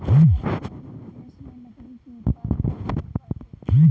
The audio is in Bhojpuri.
भारत अउरी बिदेस में लकड़ी के उत्पादन बढ़ गइल बाटे